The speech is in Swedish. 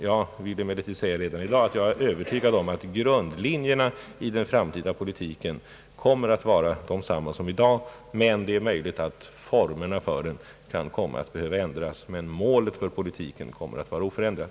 Jag vill emellertid säga redan i dag att jag är övertygad om att grundlinjerna i den framtida politiken kommer att vara desamma som i dag. Det är dock möjligt att formerna för den kommer att ändras. Målet för politiken kommer däremot att vara oförändrat.